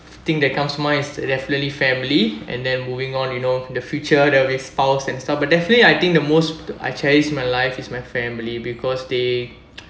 thing that comes to mind is definitely family and then moving on you know the future there'll be spouse and stuff but definitely I think the most I cherished my life is my family because they